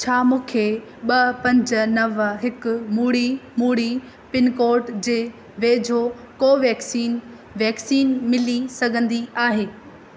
छा मूंखे ॿ पंज नव हिकु ॿुड़ी ॿुड़ी पिनकोड जे वेझो कोवैक्सीन वैक्सीन मिली सघंदी आहे